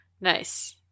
Nice